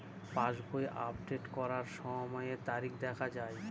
পাসবই update করার সময়ে তারিখ দেখা য়ায়?